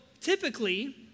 typically